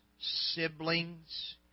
siblings